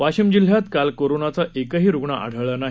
वाशीम जिल्ह्यात काल कोरोनाचा एकही रुग्ण आढळला नाही